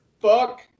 Fuck